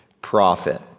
prophet